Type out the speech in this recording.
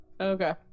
okay